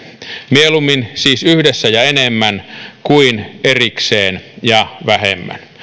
mieluummin siis yhdessä ja enemmän kuin erikseen ja vähemmän